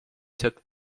took